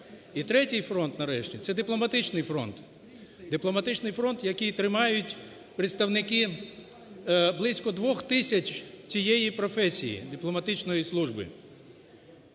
фронт, дипломатичний фронт, який тримають представники близько 2 тисяч цієї професії, дипломатичної служби.